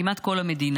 כמעט כל המדינה,